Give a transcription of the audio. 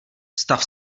stav